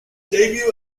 debut